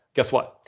guess what?